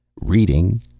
Reading